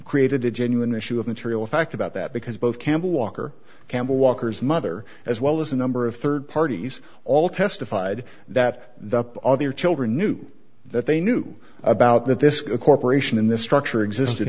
created a genuine issue of material fact about that because both campbell walker campbell walker's mother as well as a number of third parties all testified that the up other children knew that they knew about that this corporation in this structure exist